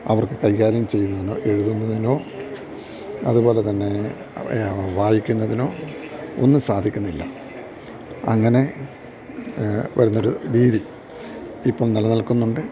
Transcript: അവർക്കു കൈകാര്യം ചെയ്യുന്നതിനോ എഴുതുന്നതിനോ അതുപോലെ തന്നെ വായിക്കുന്നതിനോ ഒന്നും സാധിക്കുന്നില്ല അങ്ങനെ വരുന്നൊരു രീതി ഇപ്പോള് നിലനിൽക്കുന്നുണ്ട്